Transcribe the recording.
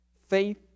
faith